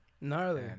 Gnarly